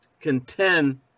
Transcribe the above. contend